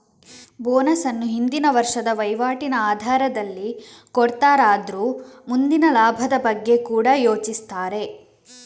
bonus ಅನ್ನು ಹಿಂದಿನ ವರ್ಷದ ವೈವಾಟಿನ ಆಧಾರದಲ್ಲಿ ಕೊಡ್ತಾರಾದ್ರೂ ಮುಂದಿನ ಲಾಭದ ಬಗ್ಗೆ ಕೂಡಾ ಯೋಚಿಸ್ತಾರೆ